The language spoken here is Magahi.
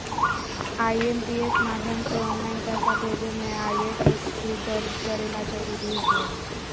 आई.एम.पी.एस माध्यम से ऑनलाइन पैसा भेजे मे आई.एफ.एस.सी दर्ज करे ला जरूरी होबो हय